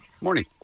Morning